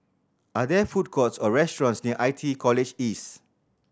are there food courts or restaurants near I T E College East